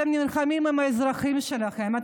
אתם נלחמים עם האזרחים שלכם,